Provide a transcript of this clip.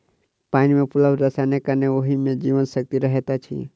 पाइन मे उपलब्ध रसायनक कारणेँ ओहि मे जीवन शक्ति रहैत अछि